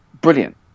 Brilliant